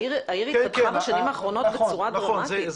העיר התפתחה בשנים האחרונות בצורה דרמטית.